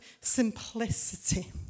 simplicity